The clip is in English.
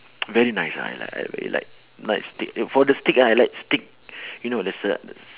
very nice ah I like I really like like steak for the steak ah I like steak you know there's a s~